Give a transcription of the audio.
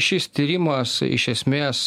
šis tyrimas iš esmės